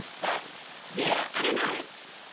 but yeah, i don't know, it's,